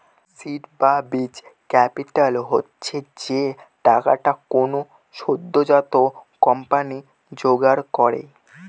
seed বা বীজ capital হচ্ছে যে টাকাটা কোনো সদ্যোজাত কোম্পানি জোগাড় করে